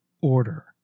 order